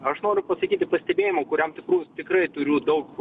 aš noriu pasakyti pastebėjimų kuriam tikrų tikrai turiu daug